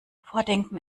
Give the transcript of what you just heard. vordenken